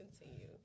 continue